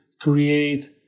create